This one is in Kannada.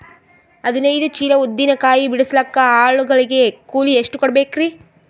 ಹದಿನೈದು ಚೀಲ ಉದ್ದಿನ ಕಾಯಿ ಬಿಡಸಲಿಕ ಆಳು ಗಳಿಗೆ ಕೂಲಿ ಎಷ್ಟು ಕೂಡಬೆಕರೀ?